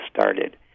started